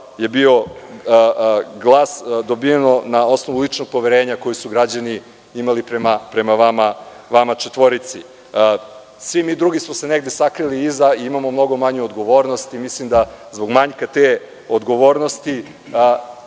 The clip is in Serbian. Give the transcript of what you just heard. je dobijen na osnovu ličnog poverenja koje su građani imali prema vama, vama četvorici. Svi mi drugi smo se negde sakrili iza i imamo mnogo manju odgovornost. Mislim da zbog manjka te odgovornosti